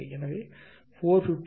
எனவே 4554552532 Qc20